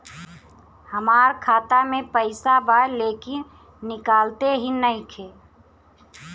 हमार खाता मे पईसा बा लेकिन निकालते ही नईखे?